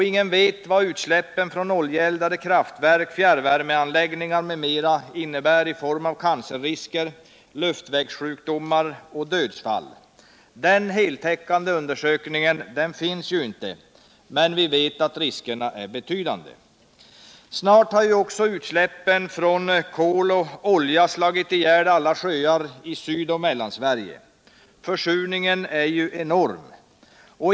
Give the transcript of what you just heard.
Ingen vet vad utsläppen från oljeeldade kraftverk, fjärrvärmeanläggningar m.m. innebär i form av cancerrisker, luftvägssjukdomar och dödsfall. Den heltäckande undersökningen finns inte, men vi vet att riskerna är betydande. Snart har utsläppen från kol och olja slagit ihjäl alla sjöar i Syd och Mellansverige. Försurningen är enorm.